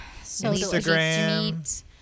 instagram